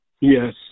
yes